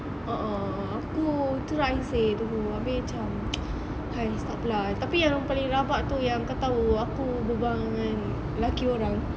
a'ah aku try seh dulu abeh macam !hais! takpe lah tapi yang paling rabak tu yang kau tahu aku bebual dengan lelaki orang